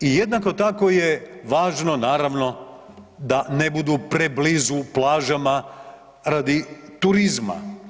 I jednako tako je važno naravno da ne budu preblizu plažama radi turizma.